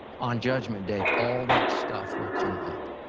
on judgment day all that stuff will come up.